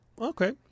Okay